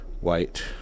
White